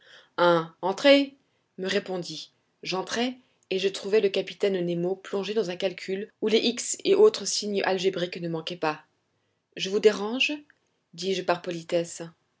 un entrez me répondit j'entrai et je trouvai le capitaine nemo plongé dans un calcul où les x et autres signes algébriques ne manquaient pas je vous dérange dis-je par politesse